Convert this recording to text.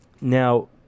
Now